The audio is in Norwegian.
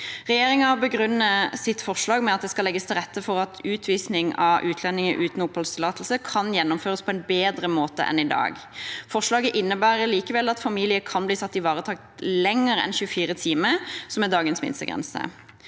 Regjeringen begrunner sitt forslag med at det skal legges til rette for at utvisning av utlendinger uten oppholdstillatelse kan gjennomføres på en bedre måte enn i dag. Forslaget innebærer likevel at familier kan bli satt i varetekt lenger enn 24 timer, som er dagens minstegrense.